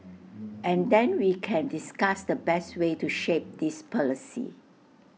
and then we can discuss the best way to shape this policy